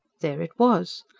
there it was!